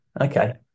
Okay